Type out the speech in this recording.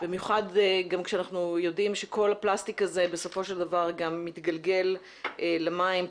במיוחד כשאנחנו יודעים שכל הפלסטיק הזה בסופו של דבר גם מתגלגל למים,